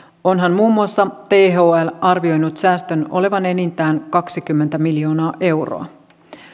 onhan muun muassa thl arvioinut säästön olevan enintään kaksikymmentä miljoonaa euroa